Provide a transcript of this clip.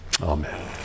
Amen